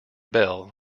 bell